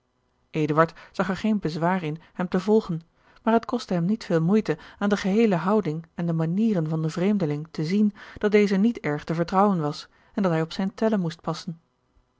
zag er geen bezwaar in hem te volgen maar het kostte hem niet veel moeite aan de geheele houding en de manieren van den vreemdeling te zien dat deze niet erg te vertrouwen was en dat hij op zijne tellen moest passen